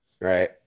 right